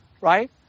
right